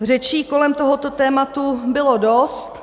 Řečí kolem tohoto tématu bylo dost.